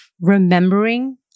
remembering